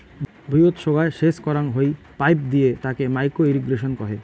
ভুঁইয়ত সোগায় সেচ করাং হই পাইপ দিয়ে তাকে মাইক্রো ইর্রিগেশন কহে